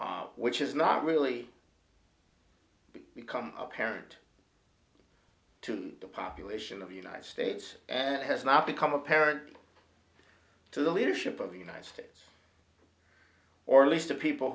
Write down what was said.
which is not really become apparent to the population of united states and has not become apparent to the leadership of the united states or at least the people